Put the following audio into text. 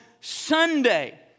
Sunday